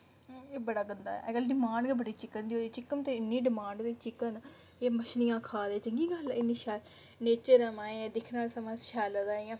एह् बडा गंदा ऐ अजकल्ल डिमांड गै बड़ी चिकन दी होई गेदी ऐ चिकन दी ते इन्नी डिमांड ऐ चिकन एह् मच्छलियां खा'रदे चंगी गल्ल ऐ इन्नी शैल नेचर ऐ माए दिखने आह्लें गी समां शैल लगदा ऐ इ'यां